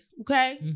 Okay